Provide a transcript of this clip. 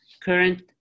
current